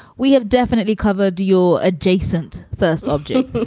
we have definitely covered your adjacent first object,